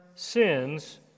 sins